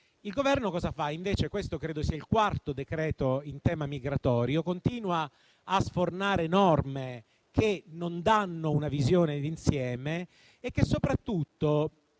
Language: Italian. Il Governo cosa fa, invece? Questo credo che sia il quarto decreto-legge in tema migratorio e il Governo continua a sfornare norme che non danno una visione d'insieme e che soprattutto